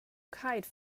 kite